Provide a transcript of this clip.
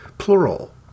Plural